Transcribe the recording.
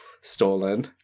stolen